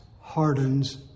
hardens